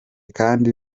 kandi